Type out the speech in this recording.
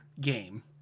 game